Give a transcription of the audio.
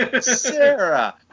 Sarah